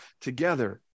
together